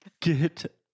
get